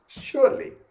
surely